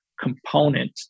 component